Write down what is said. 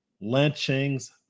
lynchings